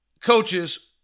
coaches